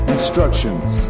Instructions